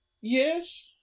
Yes